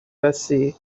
россии